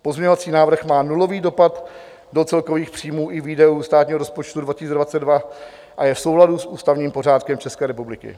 Pozměňovací návrh má nulový dopad do celkových příjmů i výdajů státního rozpočtu 2022 a je v souladu s ústavním pořádkem České republiky.